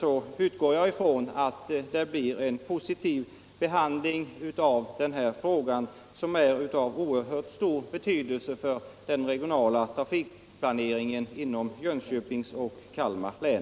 Jag utgår ifrån att det blir en positiv behandling av den här frågan, som är av oerhört stor betydelse för den regionala trafikplaneringen inom Jönköpings och Kalmar län.